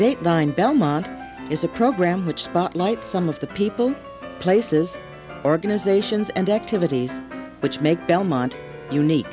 dateline belmont is a program which spotlights some of the people places organizations and activities which make belmont unique